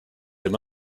him